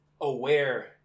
aware